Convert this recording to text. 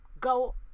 go